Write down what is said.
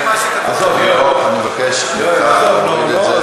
אני מבקש ממך להוריד את זה.